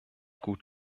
gut